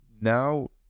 Now